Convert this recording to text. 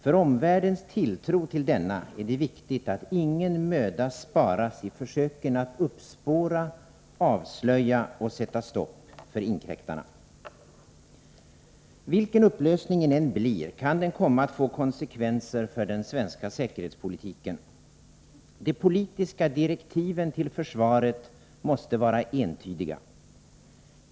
För omvärldens tilltro till denna är det viktigt att ingen möda sparas i försöken att uppspåra, avslöja och sätta stopp för inkräktarna. Vilken upplösningen än blir kan den komma att få konsekvenser för den svenska säkerhetspolitiken. De politiska direktiven till försvaret måste vara entydiga.